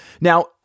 Now